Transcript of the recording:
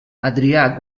adrià